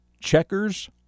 Checkers